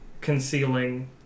concealing